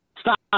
Stop